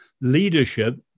leadership